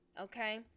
okay